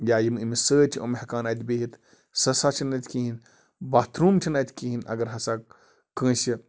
یا یِم أمِس سۭتۍ چھِ یِم ہٮ۪کَن اَتہٕ بِہِت سۄ ہَسا چھِنہٕ اَتہِ کِہیٖنۍ باتھ روٗم چھِنہٕ اَتہِ کِہیٖنۍ اَگر ہَسا کٲنٛسہِ